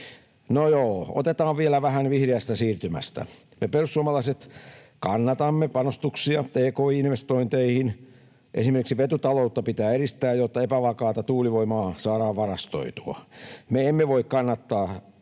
No joo, otetaan vielä vähän vihreästä siirtymästä. Me perussuomalaiset kannatamme panostuksia tki-investointeihin. Esimerkiksi vetytaloutta pitää edistää, jotta epävakaata tuulivoimaa saadaan varastoitua. Me emme voi kannattaa